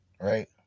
Right